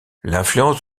l’influence